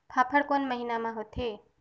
फाफण कोन महीना म होथे?